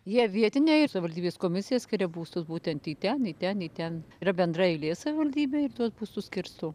jie vietiniai ir savivaldybės komisija skiria būstus būtent į ten į ten į ten yra bendra eilė savivaldybėj ir tuos būstus skirsto